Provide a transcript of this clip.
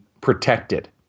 protected